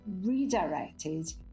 redirected